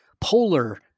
polar